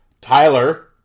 Tyler